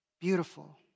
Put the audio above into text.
Beautiful